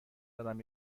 دارم